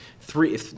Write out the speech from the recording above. three